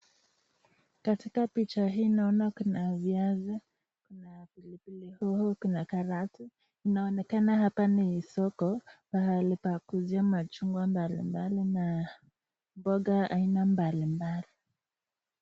Katika picha hii naona kuna viazi, pilipili hoho, Kuna karoti inaonekana hapa ni soko mahali pa kuuzia machugwa mbalimbali na mboga mbalimbali.